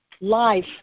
life